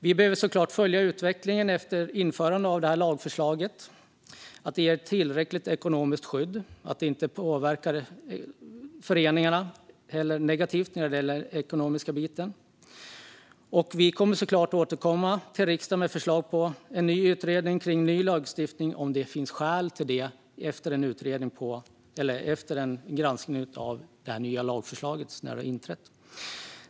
Vi behöver såklart följa utvecklingen efter införande av lagförslaget, så att det ger tillräckligt ekonomiskt skydd och inte påverkar föreningarna negativt när det gäller det ekonomiska. Vi kommer givetvis att återkomma till riksdagen med förslag på en utredning om ny lagstiftning om det finns skäl till det efter en granskning av hur den nya lagen fungerar efter att den har trätt i kraft.